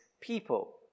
people